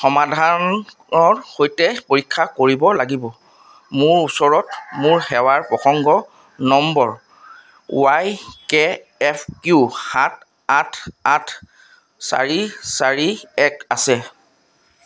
সমাধানৰ সৈতে পৰীক্ষা কৰিব লাগিব মোৰ ওচৰত মোৰ সেৱাৰ প্ৰসংগ number Y K F Q সাত আঠ আঠ চাৰি চাৰি এক আছে